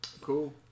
Cool